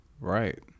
right